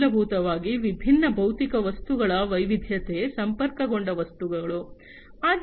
ಮೂಲಭೂತವಾಗಿ ವಿಭಿನ್ನ ಭೌತಿಕ ವಸ್ತುಗಳ ವೈವಿಧ್ಯತೆ ಸಂಪರ್ಕಗೊಂಡ ವಸ್ತುಗಳು